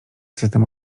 system